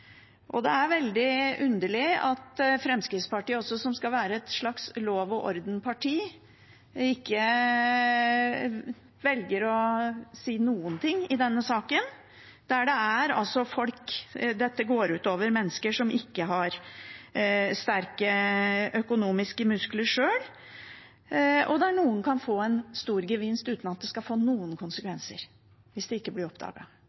Det er veldig underlig at Fremskrittspartiet også, som skal være et slags lov-og-orden-parti, velger ikke å si noe i denne saken. Dette går ut over mennesker som ikke har sterke økonomiske muskler selv, og noen kan få en stor gevinst uten at det skal få noen konsekvenser hvis det ikke blir